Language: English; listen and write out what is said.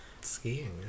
Skiing